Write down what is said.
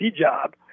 job